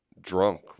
drunk